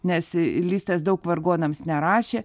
nes i listas daug vargonams nerašė